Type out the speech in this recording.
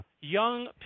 young